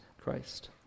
Christ